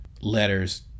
letters